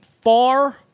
far